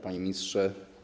Panie Ministrze!